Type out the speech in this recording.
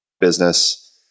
business